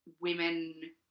women